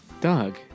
Doug